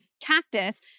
CACTUS